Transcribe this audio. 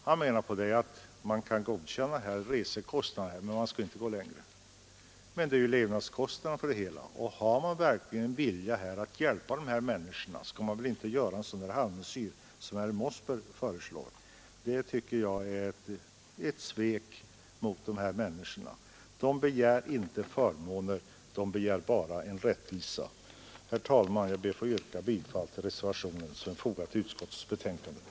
Han menade att man kan godkänna avdrag för resekostnader, men längre skall man inte gå. Det är dock levnadskostnaderna som är den stora posten, och vill man verkligen hjälpa dessa människor räcker det inte med en sådan halvmesyr som herr Mossberg föreslår. Den tycker jag är ett svek mot dessa människor. De begär inte förmåner utan rättvisa. Herr talman! Jag ber att få yrka bifall till den vid betänkandet fogade reservationen.